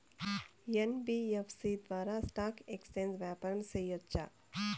NBFC ద్వారా stock exchange వ్యాపారం సేయొచ్చా?